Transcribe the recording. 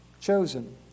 chosen